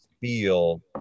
feel